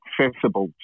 accessible